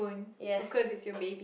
yes